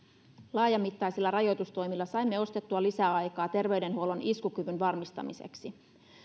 laajamittaisilla rajoitustoimilla saimme ostettua lisäaikaa terveydenhuollon iskukyvyn varmistamiseksi